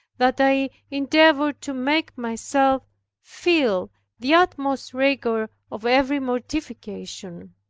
that i endeavored to make myself feel the utmost rigor of every mortification.